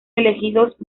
elegidos